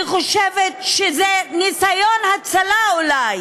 אני חושבת שזה ניסיון הצלה, אולי,